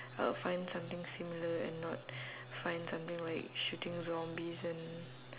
I would find something similar and not find something like shooting zombies and